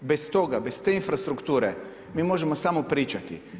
Bez toga, bez te infrastrukture mi možemo samo pričati.